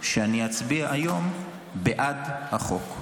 שאני אצביע היום בעד החוק.